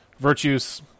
Virtues